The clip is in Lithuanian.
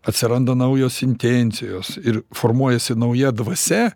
atsiranda naujos intencijos ir formuojasi nauja dvasia